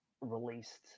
released